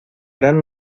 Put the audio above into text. gran